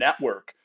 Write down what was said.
network